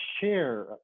share